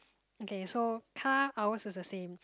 okay so car ours is the same